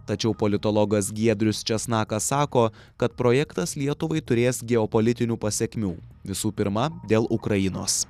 tačiau politologas giedrius česnakas sako kad projektas lietuvai turės geopolitinių pasekmių visų pirma dėl ukrainos